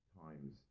times